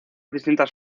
distintas